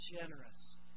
generous